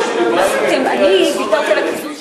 חוקי-היסוד האלה,